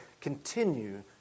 continue